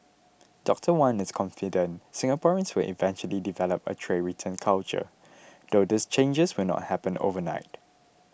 Doctor Wan is confident Singaporeans will eventually develop a tray return culture though these changes will not happen overnight